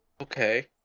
Okay